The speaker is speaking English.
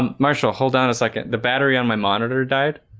um marshall hold down a second the battery on my monitor died.